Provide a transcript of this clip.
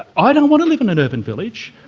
i don't want to live in an urban village,